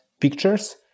pictures